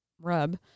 rub